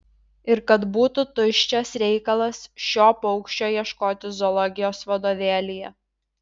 ir kad būtų tuščias reikalas šio paukščio ieškoti zoologijos vadovėlyje